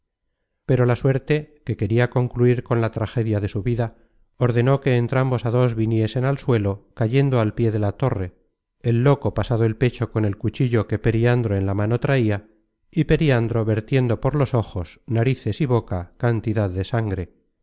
pero la suerte que queria concluir con la tragedia de su vida ordenó que entrambos á dos viniesen al suelo cayendo al pié de la torre el loco pasado el pecho con el cuchillo que periandro en la mano traia y periandro vertiendo por los ojos narices y boca cantidad de sangre